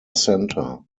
center